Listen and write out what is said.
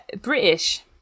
British